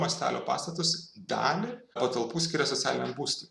mastelio pastatus dalį patalpų skiria socialiniam būstui